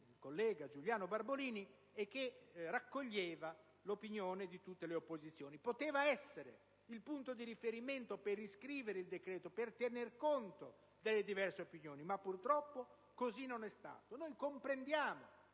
il senatore Giuliano Barbolini, che raccoglieva l'opinione di tutte le opposizioni. Essa poteva essere il punto di riferimento per riscrivere il decreto, per tener conto delle diverse opinioni, ma purtroppo così non è stato. Comprendiamo